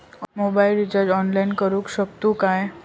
Mobile recharge online करुक शकतू काय?